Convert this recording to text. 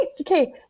okay